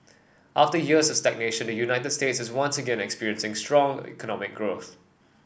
after years of stagnation the United States is once again experiencing strong economic growth